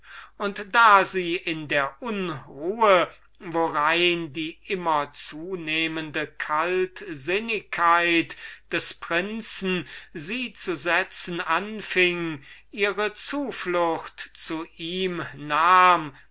und da sie in der unruhe worein sie die immer zunehmende kaltsinnigkeit des prinzen zu setzen anfing ihre zuflucht zu ihm nahm